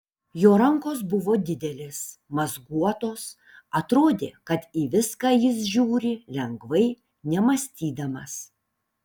jo rankos buvo didelės mazguotos atrodė kad į viską jis žiūri lengvai nemąstydamas